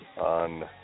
on